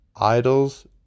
Idols